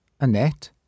Annette